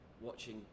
watching